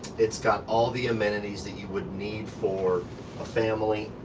it's got all the amenities that you would need for a family,